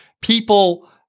people